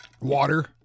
Water